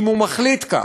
אם הוא מחליט כך.